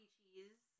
Cheese